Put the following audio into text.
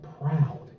proud